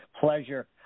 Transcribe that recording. pleasure